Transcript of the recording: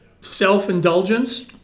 self-indulgence